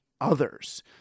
others